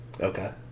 Okay